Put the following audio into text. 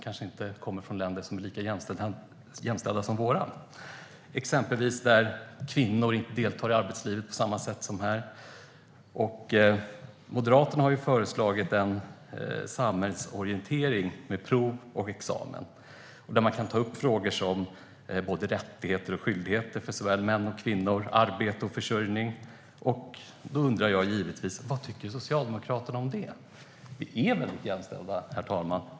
De kommer från länder som kanske inte är lika jämställda som vårt. Exempelvis deltar kvinnor inte i arbetslivet på samma sätt som här. Moderaterna har föreslagit samhällsorientering med prov och examen. Där kan man ta upp frågor som gäller rättigheter och skyldigheter för såväl män som kvinnor när det gäller arbete och försörjning. Jag undrar givetvis: Vad tycker Socialdemokraterna om det? Vi är väldigt jämställda.